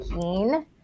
keen